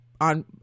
on